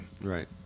right